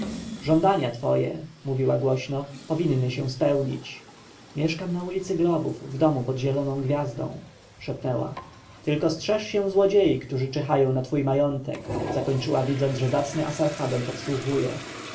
żądania twoje mówiła głośno powinny się spełnić mieszkam na ulicy grobów w domu pod zieloną gwiazdą szepnęła tylko strzeż się złodziei którzy czyhają na twój majątek zakończyła widząc że zacny asarhadon podsłuchuje